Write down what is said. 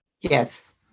yes